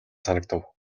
санагдав